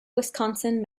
wisconsin